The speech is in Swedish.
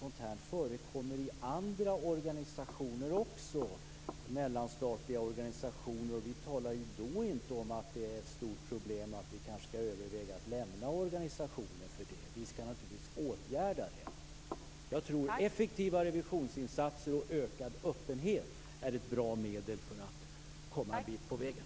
Vi vet att sådant förekommer i andra mellanstatliga organisationer. Vi talar inte då om ett stort problem och att vi kanske skall överväga att lämna organisationen. I stället skall vi naturligtvis åtgärda problemet. Effektivare visionära insatser och ökad öppenhet är ett bra medel för att komma en bit på vägen.